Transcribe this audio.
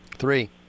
Three